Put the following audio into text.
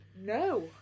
no